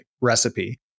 recipe